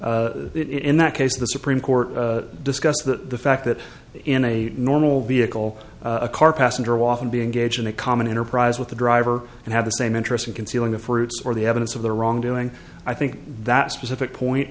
hogan in that case the supreme court discussed the fact that in a normal vehicle a car passenger walking be engaged in a common enterprise with the driver and have the same interest in concealing the fruits or the evidence of the wrongdoing i think that specific point